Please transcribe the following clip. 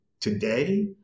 today